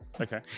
Okay